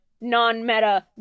non-meta